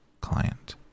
client